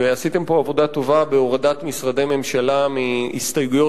ועשיתם פה עבודה טובה בהורדת משרדי ממשלה מהסתייגויות